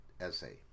essay